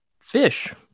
fish